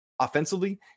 offensively